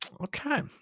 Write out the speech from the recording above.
Okay